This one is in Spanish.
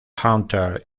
hunter